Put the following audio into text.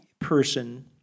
person